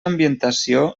ambientació